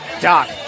Doc